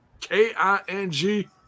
K-I-N-G